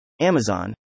Amazon